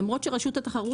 למרות שרשות התחרות,